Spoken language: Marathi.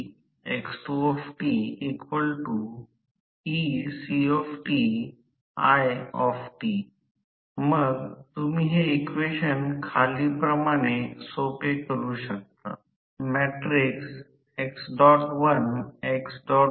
तर प्रति फेज रोटर emf s १ वर स्थिर रोटर दिला जातो तो emf येथे pi root 2 Kw2 Nph 2 f r असेल हा ट्रान्सफॉर्मर phi root 2 आहे 2